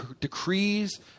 decrees